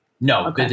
No